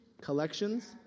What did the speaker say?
collections